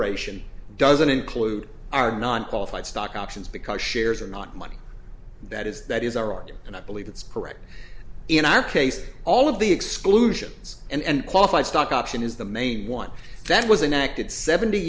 ration doesn't include are not qualified stock options because shares are not money that is that is our art and i believe that's correct in our case all of the exclusions and qualified stock option is the main one that was enacted seventy